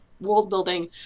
world-building